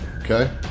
Okay